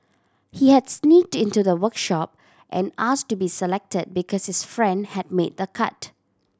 he had sneaked into the workshop and asked to be selected because his friend had made the cut